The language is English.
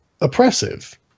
oppressive